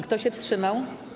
Kto się wstrzymał?